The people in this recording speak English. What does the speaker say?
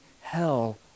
hell